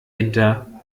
hinter